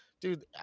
dude